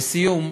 לסיום,